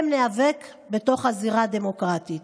שעליהן ניאבק בתוך הזירה הדמוקרטית.